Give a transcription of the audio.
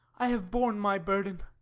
i have borne my burden.